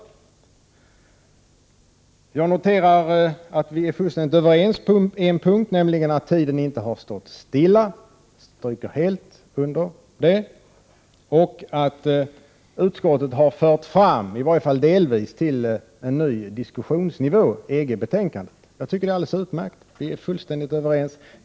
För det andra noterar jag att vi är fullständigt överens på en punkt, nämligen att tiden inte har stått stilla. Jag skriver alltså helt och hållet under på detta. Dessutom har utskottet, i varje fall delvis, fört upp EG betänkandet på en ny diskussionsnivå. Det är alldeles utmärkt. Vi är fullständigt överens.